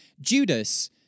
Judas